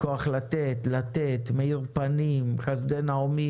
כוח לתת, לתת, מאיר פנים, חסדי נעמי